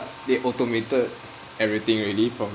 they automated everything already from